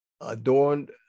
adorned